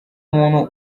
muntu